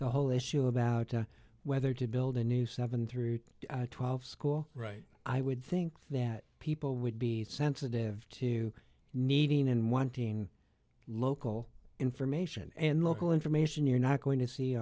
the whole issue about whether to build a new seven through twelve school right i would think that people would be sensitive to needing and wanting local information and local information you're not going to see